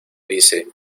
dice